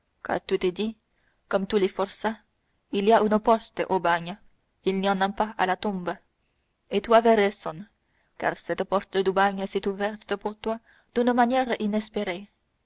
tu t'es dit comme tous les forçats il y a une porte au bagne il n'y en a pas à la tombe et tu avais raison car cette porte du bagne s'est ouverte pour toi d'une manière inespérée